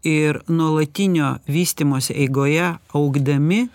ir nuolatinio vystymosi eigoje augdami